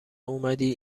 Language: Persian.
اومدی